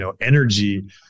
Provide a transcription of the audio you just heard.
energy